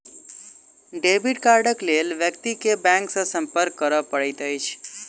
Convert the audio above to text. debit कार्डक लेल व्यक्ति के बैंक सॅ संपर्क करय पड़ैत अछि